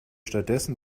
stattdessen